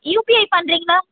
UPI பண்ணுறீங்களா